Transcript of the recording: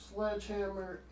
Sledgehammer